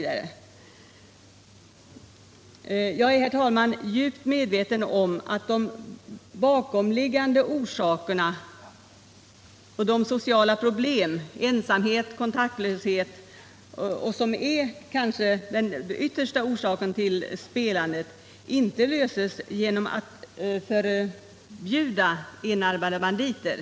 Jag är, herr talman, djupt medveten om att de bakomliggande orsakerna är sociala problem. Ensamhet och kontaktlöshet är kanske ytterst orsaker till spelandet, och de försvinner inte genom att man förbjuder enarmade banditer.